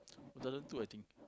two thousand two I think